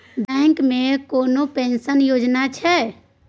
Bank मे कोनो pension योजना छै?